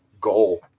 goal